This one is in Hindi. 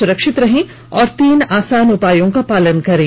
सुरक्षित रहें और तीन आसान उपायों का पालन करें